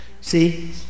See